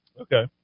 Okay